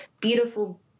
beautiful